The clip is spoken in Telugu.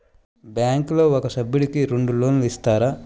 బ్యాంకులో ఒక సభ్యుడకు రెండు లోన్లు ఇస్తారా?